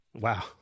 Wow